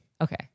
Okay